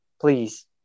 Please